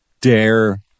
dare